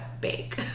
bake